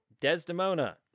Desdemona